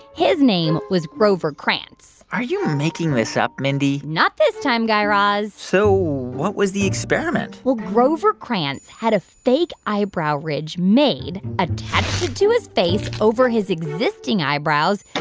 his name was grover krantz are you making this up, mindy? not this time, guy raz so what was the experiment? well, grover krantz had a fake eyebrow ridge made, attached it to his face over his existing eyebrows,